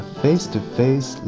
face-to-face